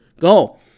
go